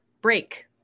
break